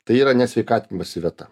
tai yra ne sveikatinimosi vieta